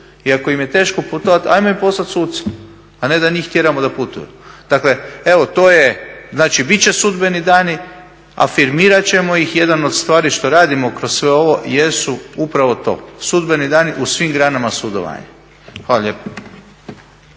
i ako im je teško putovati, ajmo im poslati suca, a ne da njih tjeramo da putuju. Dakle, evo to je, znači bit će sudbeni dani, afirmirat ćemo ih, jedna od stvari što radimo kroz sve ovo jesu upravo to, sudbeni dani u svim granama sudovanja. Hvala lijepo.